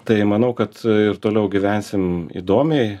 tai manau kad ir toliau gyvensim įdomiai